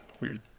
weird